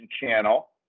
channel